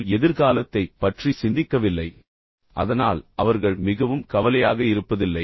அவர்கள் எதிர்காலத்தைப் பற்றி சிந்திக்கவில்லை அதனால் அவர்கள் மிகவும் கவலையாகவும் மன அழுத்தமாகவும் இருப்பதில்லை